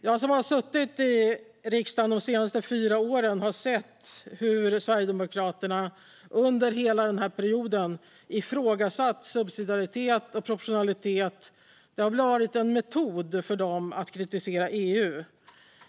Jag som har suttit i riksdagen de senaste fyra åren har sett hur Sverigedemokraterna under hela perioden ifrågasatt subsidiaritet och proportionalitet. Det har varit en metod för dem att kritisera EU.